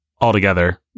altogether